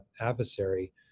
adversary